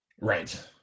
right